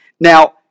Now